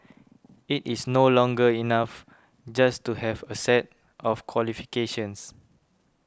it is no longer enough just to have a set of qualifications